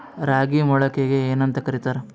ರಾಗಿ ಮೊಳಕೆಗೆ ಏನ್ಯಾಂತ ಕರಿತಾರ?